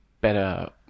better